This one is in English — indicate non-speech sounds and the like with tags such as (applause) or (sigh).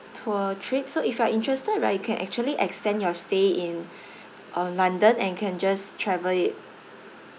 tour trip so if you are interested right you can actually extend your stay in (breath) uh london and can just travel it